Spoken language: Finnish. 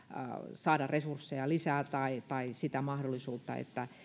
saada resursseja lisää tai tai sitä mahdollisuutta että